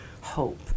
hope